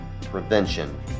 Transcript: prevention